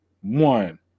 one